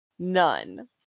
none